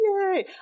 Yay